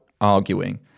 arguing